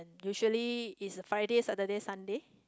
usually it's a Friday Saturday Sunday